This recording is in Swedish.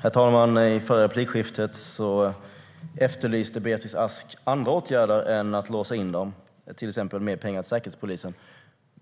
Herr talman! I det förra replikskiftet efterlyste Beatrice Ask andra åtgärder än inlåsning, till exempel mer pengar till Säkerhetspolisen.